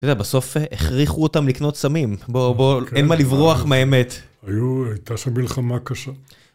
אתה יודע, בסוף הכריחו אותם לקנות סמים. בוא, בוא, אין מה לברוח מהאמת. הייתה שם מלחמה קשה.